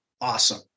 awesome